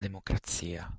democrazia